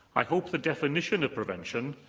i hope the definition of prevention,